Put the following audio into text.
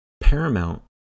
Paramount